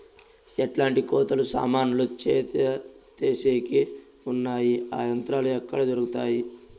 ఎట్లాంటి కోతలు సామాన్లు చెత్త తీసేకి వున్నాయి? ఆ యంత్రాలు ఎక్కడ దొరుకుతాయి?